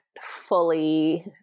fully